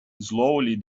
slowly